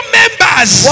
members